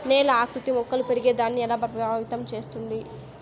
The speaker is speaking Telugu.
నేల ఆకృతి మొక్కలు పెరిగేదాన్ని ఎలా ప్రభావితం చేస్తుంది?